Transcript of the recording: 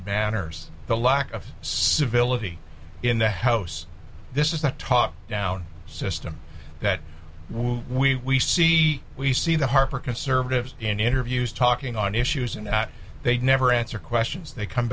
manners the lack of civility in the house this is the top down system that we see we see the harper conservatives in interviews talking on issues that they never answer questions they come